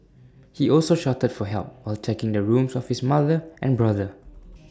he also shouted for help while checking the rooms of his mother and brother